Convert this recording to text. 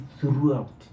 throughout